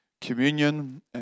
communion